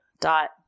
dot